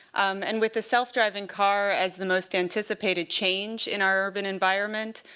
and with the self-driving car as the most anticipated change in our urban environment,